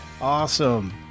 Awesome